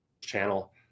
channel